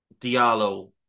Diallo